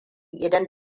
idan